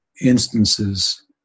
instances